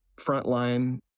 frontline